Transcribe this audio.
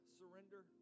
surrender